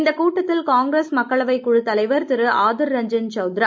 இந்தக் கூட்டத்தில் காங்கிரஸ் மக்களவைக் குழுத் தலைவர் திரு ஆதிர் ரஞ்சன் சௌத்திர